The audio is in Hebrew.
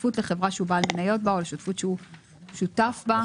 בשותפות בחברה שהוא בעל מניות בה או בשותפות שהוא שותף בה".